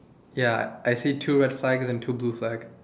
ya I see two red flags and two blue flags